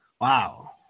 Wow